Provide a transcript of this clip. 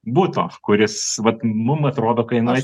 buto kuris vat mum atrodo kainuoja